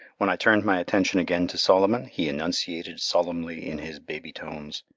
when i turned my attention again to solomon, he enunciated solemnly in his baby tones,